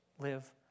Live